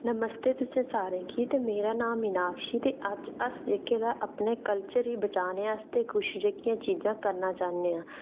नमस्ते तुसें सारे गी ते मेरा नां मिनाक्षी ते अज्ज अस अपने कल्चर गी बचाने आस्ते जेहकी चीजां